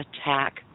attack